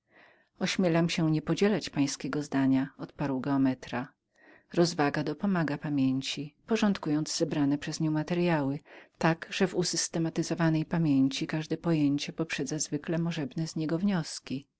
ośmielam się niepodzielać pańskiego zdania odparł geometra rozwaga dopomaga pamięci porządkując zebrane przez nią materyały tak że w usystematyzowanej pamięci każde pojęcie poprzedza zwykle możebne z niego wnioski